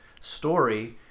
story